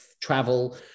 travel